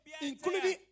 including